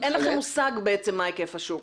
זאת אומרת אין לכם מושג בעצם מה היקף השוק.